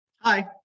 Hi